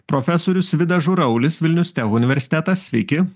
profesorius vidas žuraulis vilnius universitetas sveiki